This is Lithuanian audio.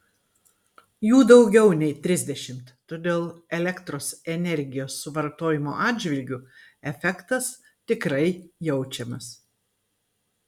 jų daugiau nei trisdešimt todėl elektros energijos suvartojimo atžvilgiu efektas tikrai jaučiamas